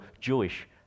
Jewish